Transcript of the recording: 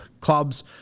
Clubs